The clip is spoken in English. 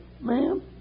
ma'am